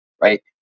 right